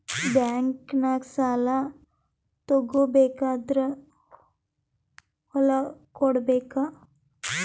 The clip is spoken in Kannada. ಬ್ಯಾಂಕ್ನಾಗ ಸಾಲ ತಗೋ ಬೇಕಾದ್ರ್ ಹೊಲ ಕೊಡಬೇಕಾ?